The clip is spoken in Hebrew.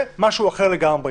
זה כבר משהו אחר לגמרי.